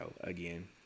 again